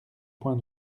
point